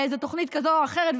לתוכנית כזאת או אחרת,